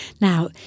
Now